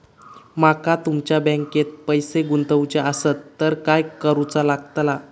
माका तुमच्या बँकेत पैसे गुंतवूचे आसत तर काय कारुचा लगतला?